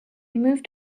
moved